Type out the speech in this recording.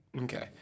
Okay